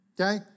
okay